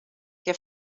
què